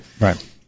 right